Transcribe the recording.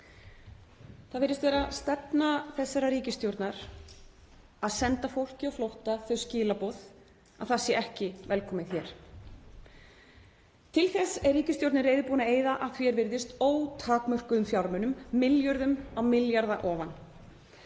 Það virðist vera stefna þessarar ríkisstjórnar að senda fólki á flótta þau skilaboð að það sé ekki velkomið hér. Til þess er ríkisstjórnin reiðubúin að eyða að því er virðist ótakmörkuðum fjármunum, milljörðum á milljarða ofan.